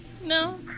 No